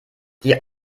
die